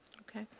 okay.